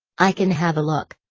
i can have a look.